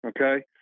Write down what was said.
Okay